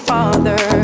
Father